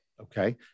Okay